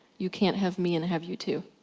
you can't have me and have you too.